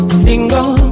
single